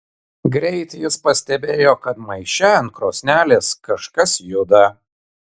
greit jis pastebėjo kad maiše ant krosnelės kažkas juda